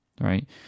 right